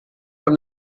from